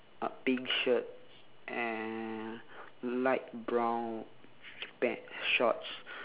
uh pink shirt and light brown pants shorts